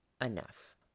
enough